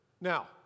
Now